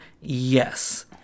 Yes